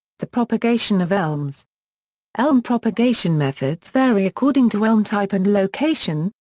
the propagation of elms elm propagation methods vary according to elm type and location,